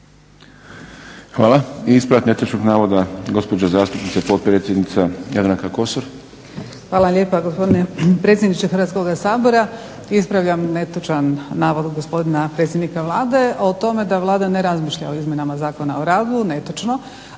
sabora. Ispravljam netočan navod gospodina predsjednika Vlade o tome da Vlada ne razmišlja o izmjenama Zakona o radu. Netočno.